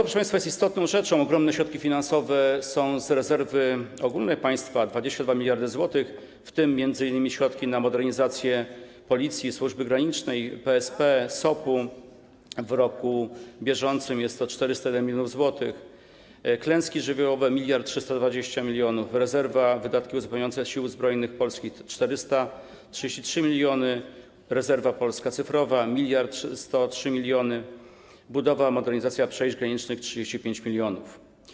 Proszę państwa, istotną rzeczą są ogromne środki finansowe z rezerwy ogólnej państwa - 22 mld zł, w tym m.in. środki na modernizację Policji i służby granicznej, PSP, SOP-u, w roku bieżącym jest to 401 mln zł, na klęski żywiołowe - 1320 mln, rezerwa, wydatki uzupełniające Sił Zbrojnych Polski - 433 mln, rezerwa „Polska cyfrowa” - 1103 mln, budowa, modernizacja przejść granicznych - 35 mln.